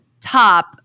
top